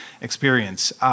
experience